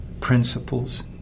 principles